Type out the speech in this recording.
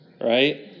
right